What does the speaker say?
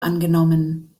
angenommen